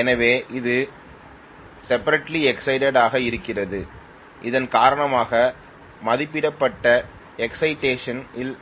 எனவே இது separately excited ஆக இருக்கிறது இதன் காரணமாக மதிப்பிடப்பட்ட எக்சைடேஷன் இல்